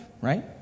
right